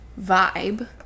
vibe